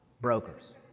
brokers